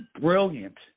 brilliant